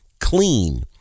clean